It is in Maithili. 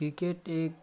किरकेट एक